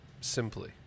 simply